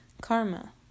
Karma